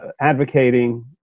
Advocating